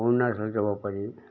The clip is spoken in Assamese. অৰুণাচল যাব পাৰি